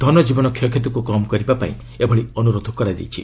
ଧନଜୀବନ କ୍ଷୟକ୍ଷତିକୁ କମ୍ କରିବା ପାଇଁ ଏଭଳି ଅନୁରୋଧ କରାଯାଇଛି